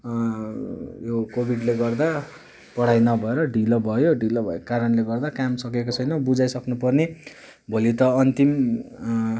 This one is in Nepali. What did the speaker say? यो कोभिडले गर्दा पढाइ नभएर ढिलो भयो ढिलो भएको कारणले गर्दा काम सकेको छैन बुझाइसक्नु पर्ने भोलि त अन्तिम